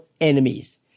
enemies